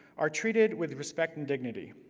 are treated with respect and dignity.